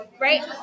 right